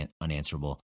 unanswerable